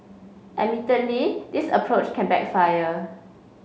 admittedly this approach can backfire